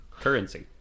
currency